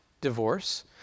divorce